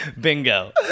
bingo